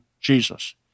Jesus